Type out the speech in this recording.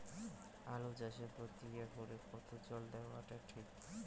আলু চাষে প্রতি একরে কতো জল দেওয়া টা ঠিক?